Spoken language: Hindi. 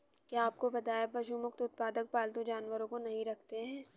क्या आपको पता है पशु मुक्त उत्पादक पालतू जानवरों को नहीं रखते हैं?